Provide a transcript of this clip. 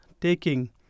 taking